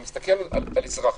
אני מסתכל על אזרח,